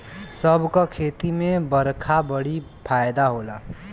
सब क खेती में बरखा बड़ी फायदा होला